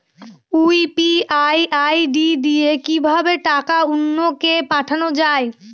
UPI ID দিয়ে কিভাবে টাকা অন্য কে পাঠানো যায়?